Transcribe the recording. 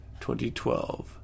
2012